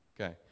Okay